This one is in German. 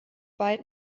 weit